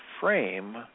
frame